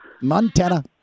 Montana